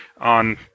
on